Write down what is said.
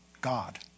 God